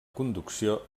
conducció